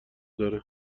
داره